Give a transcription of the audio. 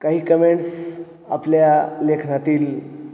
काही कमेंट्स आपल्या लेखनातील